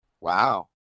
Wow